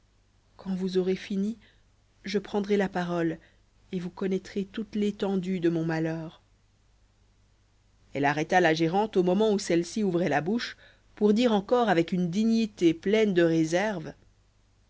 quand vous aurez fini je prendrai la parole et vous connaîtrez toute l'étendue de mon malheur elle arrêta la gérante au moment où celle-ci ouvrait la bouche pour dire encore avec une dignité pleine de réserve